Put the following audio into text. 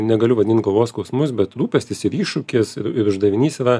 negaliu vadint galvos skausmus bet rūpestis ir iššūkis ir ir uždavinys yra